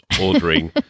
ordering